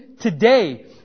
today